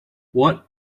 what